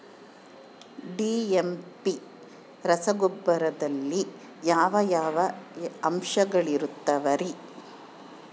DAP ರಸಗೊಬ್ಬರದಲ್ಲಿ ಯಾವ ಯಾವ ಅಂಶಗಳಿರುತ್ತವರಿ?